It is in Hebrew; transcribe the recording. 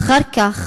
ואחר כך,